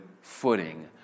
footing